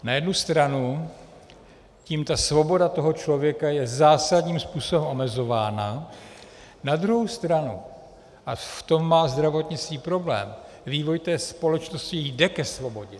Na jednu stranu tím ta svoboda člověka je zásadním způsobem omezována, na druhou stranu, a v tom má zdravotnictví problém, vývoj společnosti jde ke svobodě.